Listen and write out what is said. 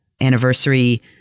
anniversary